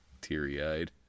teary-eyed